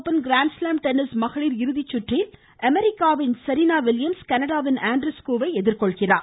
open grand slam tennis மகளிர் இறுதிச்சுற்றில் அமெரிக்காவின் செரீனா வில்லியம்ஸ் கனடாவின் ஆண்ட்ரஸ்க்கூ வை எதிர்கொள்கிறார்